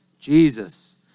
jesus